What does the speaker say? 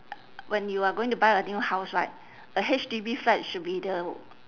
when you are going to buy a new house right a H_D_B flat should be the